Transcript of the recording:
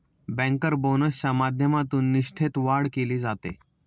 banker बोनसच्या माध्यमातून निष्ठेत वाढ केली जाते